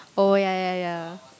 oh ya ya ya